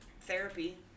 therapy